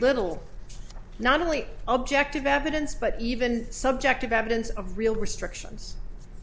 little not only objective evidence but even subjective evidence of real restrictions